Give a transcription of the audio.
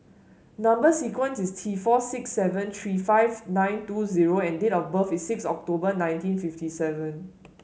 number sequence is T four six seven three five nine two zero and date of birth is six October nineteen fifty seven